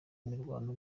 imirwano